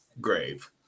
grave